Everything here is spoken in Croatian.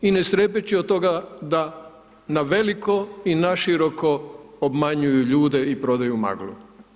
I ne strepeći od toga da na veliko i na široko obmanjuju ljude i prodaju maglu.